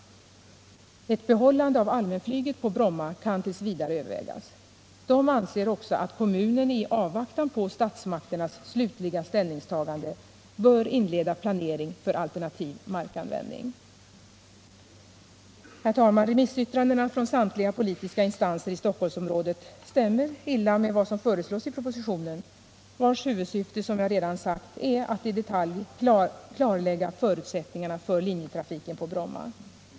Ett behållande av allmänflyget på Bromma kan tills vidare övervägas. De anser också att kommunen i avvaktan på statsmakternas slutliga ställ rådet stämmer alltså illa med vad som föreslås i propositionen, vars hu 15 december 1977 vudsyfte, som jag redan sagt, är att i detalj klarlägga förutsättningarna för linjetrafiken på Bromma.